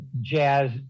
jazz